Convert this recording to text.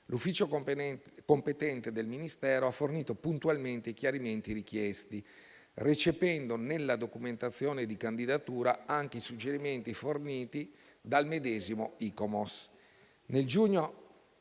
l'ufficio competente del Ministero ha fornito puntualmente i chiarimenti richiesti, recependo nella documentazione di candidatura anche i suggerimenti forniti dal medesimo ICOMOS.